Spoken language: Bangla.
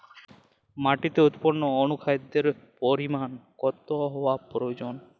মাটিতে বিভিন্ন অনুখাদ্যের পরিমাণ কতটা হওয়া প্রয়োজন?